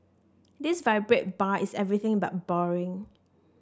this vibrant bar is everything but boring